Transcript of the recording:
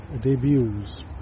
debuts